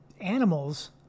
animals